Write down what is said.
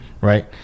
right